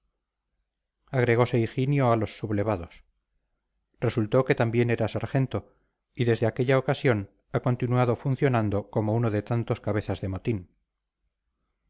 agregose higinio a los sublevados resultó que también era sargento y desde aquella ocasión ha continuado funcionando como uno de tantos cabezas de motín